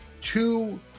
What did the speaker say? two